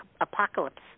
Apocalypse